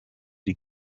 die